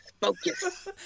Focus